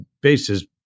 bases